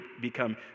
become